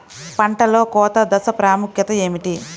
పంటలో కోత దశ ప్రాముఖ్యత ఏమిటి?